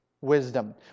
wisdom